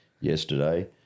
yesterday